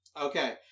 Okay